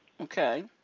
Okay